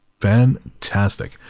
Fantastic